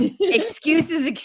excuses